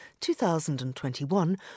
2021